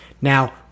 Now